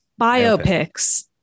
biopics